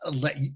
let